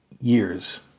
years